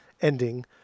ending